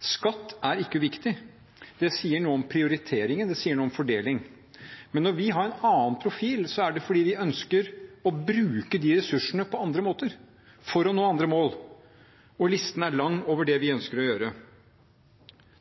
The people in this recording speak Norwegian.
Skatt er ikke uviktig; det sier noe om prioriteringer, det sier noe om fordeling. Men når vi har en annen profil, er det fordi vi ønsker å bruke de ressursene på andre måter, for å nå andre mål, og listen er lang over det vi ønsker å gjøre.